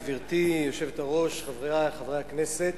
גברתי היושבת-ראש, חברי חברי הכנסת,